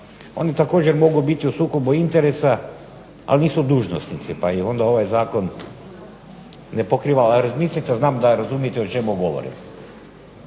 Oni također mogu biti u sukobu interesa ali nisu dužnosnici, pa ih ovaj zakon ne pokriva. Ali razmislite, znam da razumijete o čemu govorim.